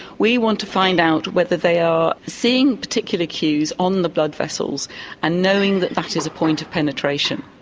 we want to find out whether they are seeing particular cues on the blood vessels and knowing that that is a point of penetration.